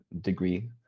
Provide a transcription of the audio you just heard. degree